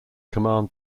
command